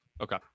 Okay